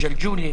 ג'לג'וליה,